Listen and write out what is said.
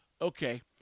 Okay